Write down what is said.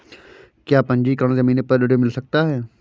क्या पंजीकरण ज़मीन पर ऋण मिल सकता है?